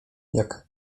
jak